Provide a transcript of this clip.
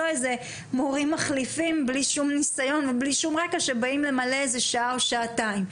מורים מחליפים ללא כל ניסיון ורקע שבאים למלא שעה או שעתיים.